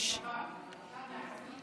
יש גם נושא שבת.